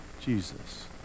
Jesus